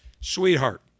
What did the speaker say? sweetheart